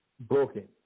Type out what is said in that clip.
broken